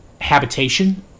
habitation